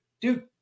dude